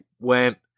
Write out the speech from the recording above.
went